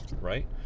Right